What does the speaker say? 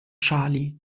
charlie